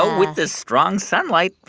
ah with this strong sunlight,